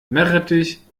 meerrettich